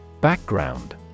Background